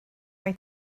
mae